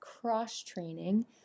cross-training